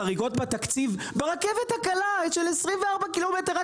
חריגות בתקציב ברכבת הקלה של 24 קילומטר,